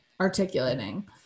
articulating